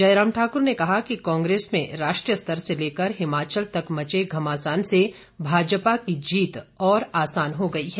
जयराम ठाकुर ने कहा कि कांग्रेस में राष्ट्रीय स्तर से लेकर हिमाचल तक मचे घमासान से भाजपा की जीत और आसान हो गई है